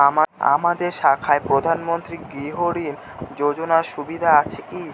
আপনাদের শাখায় প্রধানমন্ত্রী গৃহ ঋণ যোজনার সুবিধা আছে কি?